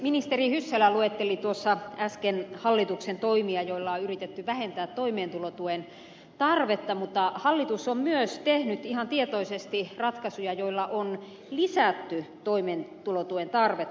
ministeri hyssälä luetteli äsken hallituksen toimia joilla on yritetty vähentää toimeentulotuen tarvetta mutta hallitus on myös tehnyt ihan tietoisesti ratkaisuja joilla on lisätty toimeentulotuen tarvetta